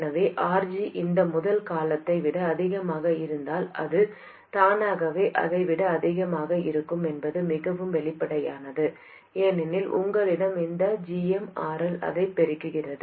எனவே RG இந்த முதல் காலத்தை விட அதிகமாக இருந்தால் அது தானாகவே அதை விட அதிகமாக இருக்கும் என்பது மிகவும் வெளிப்படையானது ஏனெனில் உங்களிடம் இந்த gm RL அதை பெருக்குகிறது